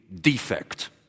defect